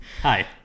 Hi